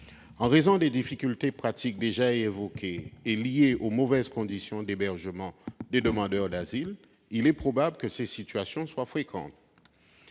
En raison des difficultés pratiques déjà évoquées et liées aux mauvaises conditions d'hébergement des demandeurs d'asile, il est probable que ces situations soient fréquentes.